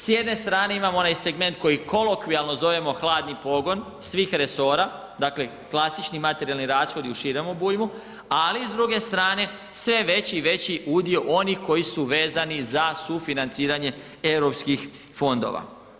S jedne strane imamo onaj segment koji kolokvijalno zovemo hladni pogon svih resora, dakle klasični materijalni rashodi u širem obujmu, ali i s druge strane sve veći i veći udio onih koji su vezani za sufinanciranje europskih fondova.